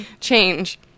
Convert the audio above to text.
change